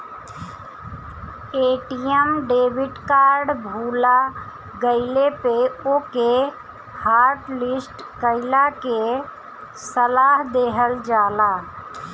ATM debit card भूला गईला पे ओके हॉटलिस्ट कईला के सलाह देहल जाला